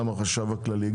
החשב הכללי,